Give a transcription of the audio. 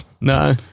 No